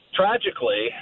tragically